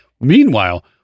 meanwhile